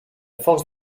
force